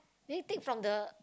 then he take from the